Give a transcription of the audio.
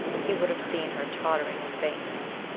he would have seen her tottering with faintness.